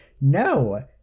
No